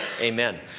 amen